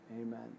Amen